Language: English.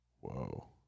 Whoa